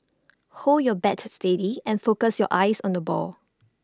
hold your bat steady and focus your eyes on the ball